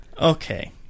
Okay